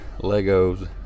Legos